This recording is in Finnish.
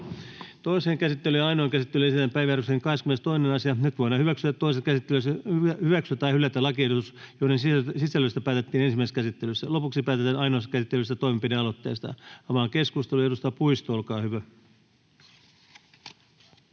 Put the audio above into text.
Toiseen käsittelyyn ja ainoaan käsittelyyn esitellään päiväjärjestyksen 22. asia. Nyt voidaan toisessa käsittelyssä hyväksyä tai hylätä lakiehdotukset, joiden sisällöstä päätettiin ensimmäisessä käsittelyssä. Lopuksi päätetään ainoassa käsittelyssä toimenpidealoitteesta. — Avaan keskustelun. Edustaja Puisto, olkaa hyvä.